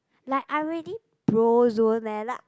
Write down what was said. like I really bro zone leh like